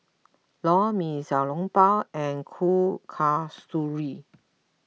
Lor Mee Xiao Long Bao and Kuih Kasturi